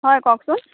হয় কওকচোন